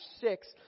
six